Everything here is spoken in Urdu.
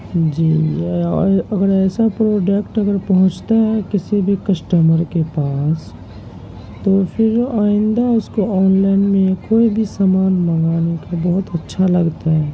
جی اور اگر ایسا پروڈکٹ اگر پہنچتا ہیں کسی بھی کسٹمر کے پاس تو پھر آئندہ اس کو آن لائن میں کوئی بھی سامان منگوانے پہ بہت اچھا لگتا ہے